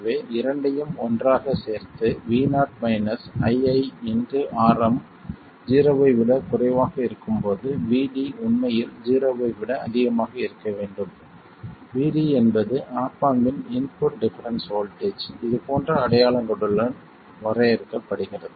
எனவே இரண்டையும் ஒன்றாகச் சேர்த்து Vo ii Rm ஜீரோவை விட குறைவாக இருக்கும்போது Vd உண்மையில் ஜீரோவை விட அதிகமாக இருக்க வேண்டும் Vd என்பது ஆப் ஆம்ப் இன் இன்புட் டிஃபரென்ஸ் வோல்ட்டேஜ் இது போன்ற அடையாளங்களுடன் வரையறுக்கப்படுகிறது